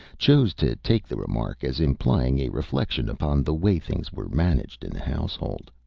chose to take the remark as implying a reflection upon the way things were managed in the household.